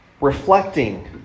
reflecting